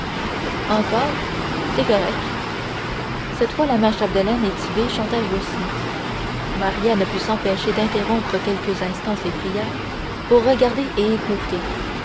encore c'est correct cette fois la mère chapdelaine et tit'bé chantèrent aussi maria ne put s'empêcher d'interrompre quelques instants ses prières pour regarder et écouter